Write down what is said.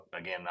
again